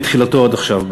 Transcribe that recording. מתחילתו עד עכשיו,